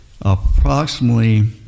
approximately